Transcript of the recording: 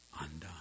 undone